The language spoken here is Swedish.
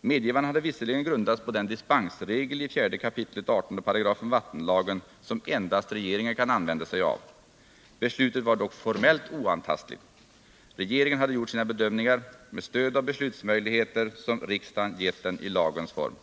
Medgivandet hade visserligen grundats på den dispensregel i 4 kap. 18 § vattenlagen som endast regeringen kan använda sig av. Beslutet var dock formellt oantastligt — regeringen hade gjort sina bedömningar med stöd av beslutsmöjligheter som riksdagen gett den i lagens form.